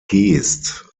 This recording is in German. geest